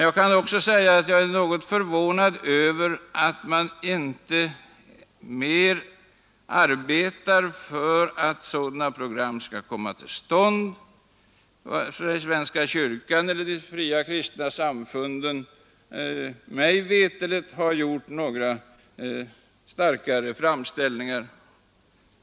Jag är förvånad över att man inte mera arbetar för att sådana program skall komma till stånd. Varken från svenska kyrkan eller de fria kristna samfunden har mig veterligt gjorts några starkare framställningar om detta.